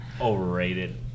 Overrated